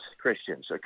Christians